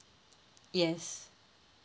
yes